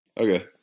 Okay